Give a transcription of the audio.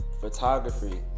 photography